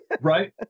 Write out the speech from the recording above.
Right